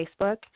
Facebook